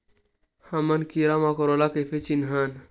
हमन कीरा मकोरा ला कइसे चिन्हन?